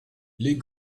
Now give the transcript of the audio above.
les